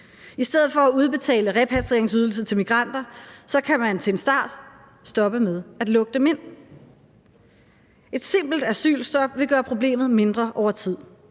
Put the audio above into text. I stedet for at udbetale repatrieringsydelse til migranter kan man til en start stoppe med at lukke dem ind. Et simpelt asylstop vil gøre problemet mindre over tid.